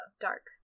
dark